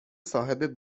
صاحب